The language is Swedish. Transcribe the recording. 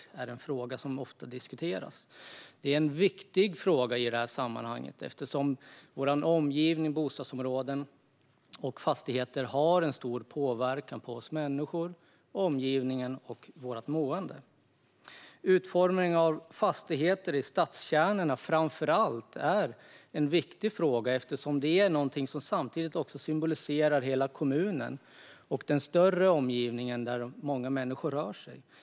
Det är en fråga som ofta diskuteras, och det är en viktig fråga i det här sammanhanget eftersom vår omgivning med bostadsområden och fastigheter har en stor påverkan på oss människor och vårt mående. Utformning av fastigheter framför allt i stadskärnorna är en viktig fråga, eftersom det samtidigt är någonting som symboliserar hela kommunen och den vidare omgivningen där många människor rör sig.